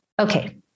Okay